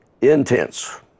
intense